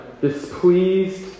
displeased